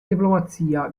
diplomazia